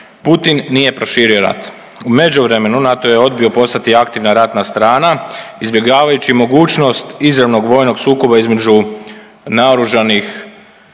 Putin nije proširio rat. U međuvremenu, NATO je odbio postati aktivna ratna strana izbjegavajući mogućnost izravnog vojnog sukoba između naoružanih